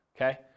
okay